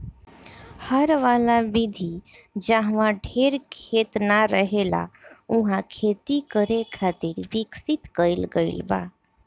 हर वाला विधि जाहवा ढेर खेत ना रहेला उहा खेती करे खातिर विकसित कईल गईल बा